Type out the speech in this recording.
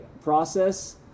process